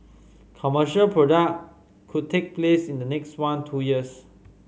commercial product could take place in the next one two years